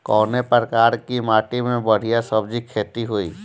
कवने प्रकार की माटी में बढ़िया सब्जी खेती हुई?